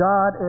God